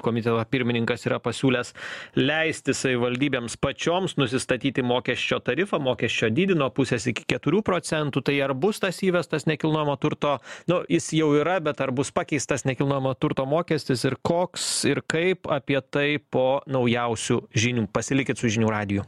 komiteto pirmininkas yra pasiūlęs leisti savivaldybėms pačioms nusistatyti mokesčio tarifą mokesčio dydį nuo pusės iki keturių procentų tai ar bus tas įvestas nekilnojamo turto nu jis jau yra bet ar bus pakeistas nekilnojamo turto mokestis ir koks ir kaip apie tai po naujausių žinių pasilikit su žinių radiju